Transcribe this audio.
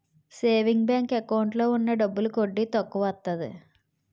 saving bank account లో ఉన్న డబ్బులకి వడ్డీ తక్కువత్తాది